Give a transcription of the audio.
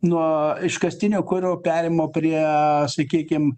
nuo iškastinio kuro perėjimo prie sakykim